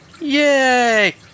Yay